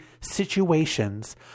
situations